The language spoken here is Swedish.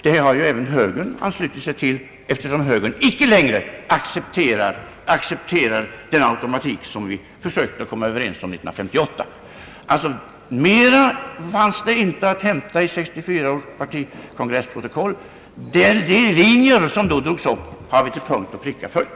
Det har ju även högern anslutit sig till, eftersom högern icke längre accepterar den automatik som vi försökte komma överens om 1958. Mera fanns det inte att hämta i protokollet från 1964 års partikongress, men de linjer som då drogs upp har vi till punkt och pricka följt.